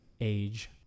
age